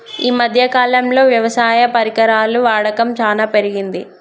ఈ మధ్య కాలం లో వ్యవసాయ పరికరాల వాడకం చానా పెరిగింది